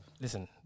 Listen